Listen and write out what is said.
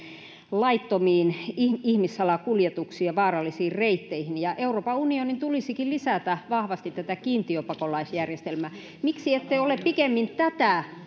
laittomiin ihmissalakuljetuksiin ja vaarallisiin reitteihin euroopan unionin tulisikin lisätä vahvasti tätä kiintiöpakolaisjärjestelmää miksi ette ole pikemmin tätä